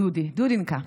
דודי, יותר טוב.